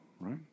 right